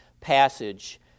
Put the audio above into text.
passage